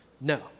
No